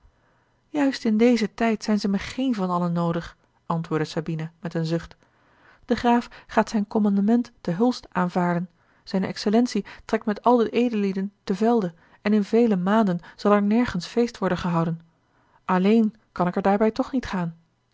juist in dezen tijd zijn ze mij geen van allen noodig antwoordde sabina met een zucht de graaf gaat zijn commandement te hulst aanvaarden zijne excellentie trekt met al de edellieden te velde en in vele maanden zal er nergens feest worden gehouden alleen kan ik er daarbij toch niet gaan